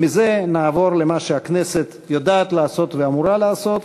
ומזה נעבור למה שהכנסת יודעת לעשות ואמורה לעשות,